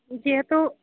যিহেতু